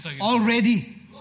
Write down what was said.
already